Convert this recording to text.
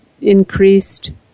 increased